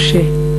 משה.